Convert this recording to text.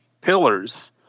pillars